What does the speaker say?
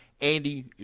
Andy